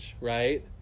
right